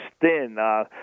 thin